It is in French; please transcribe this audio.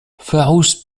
farouche